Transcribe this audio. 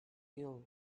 ill